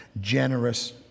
generous